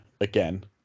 again